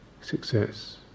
success